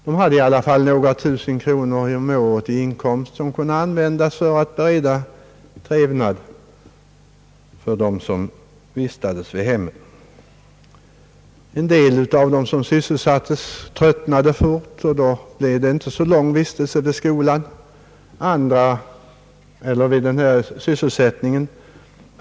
Det blev i alla fall några tusen kronor om året i inkomst som kunde användas för att bereda trevnad för dem som vistades vid hemmet. En del av dem som sysselsattes tröttnade fort, och då blev denna sysselsättning inte så långvarig.